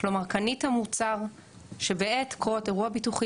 כלומר קנית מוצר שבעת קרות אירוע ביטוחי